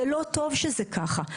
זה לא טוב שזה ככה.